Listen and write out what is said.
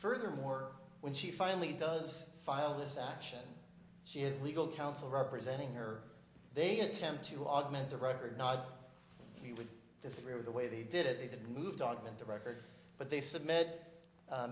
furthermore when she finally does file this action she has legal counsel representing her they attempt to augment the record not we would disagree with the way they did it they did move document the record but they submit